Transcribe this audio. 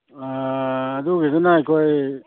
ꯑꯗꯨꯒꯤꯗꯨꯅ ꯑꯩꯈꯣꯏ